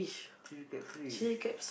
chilli crab fish